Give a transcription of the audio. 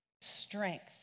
strength